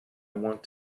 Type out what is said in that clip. want